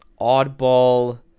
oddball